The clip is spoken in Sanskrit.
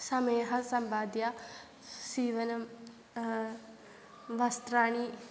समयः सम्पाद्य सीवनं वस्त्राणि